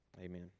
amen